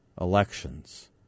elections